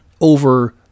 over